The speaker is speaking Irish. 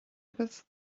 agaibh